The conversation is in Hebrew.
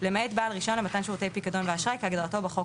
למעט בעל רישיון למתן שירותי פיקדון ואשראי כהגדרתו בחוק